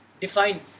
define